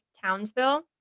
Townsville